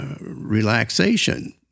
relaxation